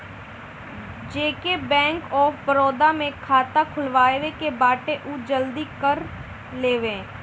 जेके bank of Baroda में खाता खुलवाए के बाटे उ जल्दी कर लेवे